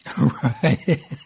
Right